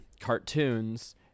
cartoons